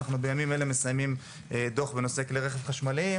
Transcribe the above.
אנחנו בימים אלה מסיימים דוח בנושא כלי הרכב החשמליים,